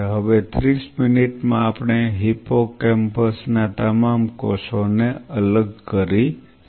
હવે 30 મિનિટમાં આપણે હિપ્પોકેમ્પસ ના તમામ કોષોને અલગ કરી દીધા